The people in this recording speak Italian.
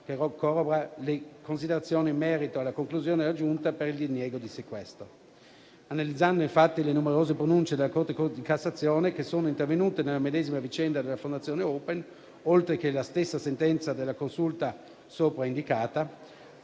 che corrobora le considerazioni in merito alla conclusione raggiunta per il diniego di sequestro. Analizzando infatti le numerose pronunce della Corte di Cassazione che sono intervenute nella medesima vicenda della Fondazione Open, oltre che la stessa sentenza della Consulta sopraindicata,